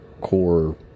core